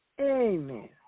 Amen